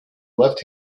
left